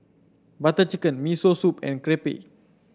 Butter Chicken Miso Soup and Crepe